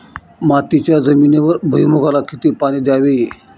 मातीच्या जमिनीवर भुईमूगाला किती पाणी द्यावे?